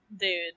dude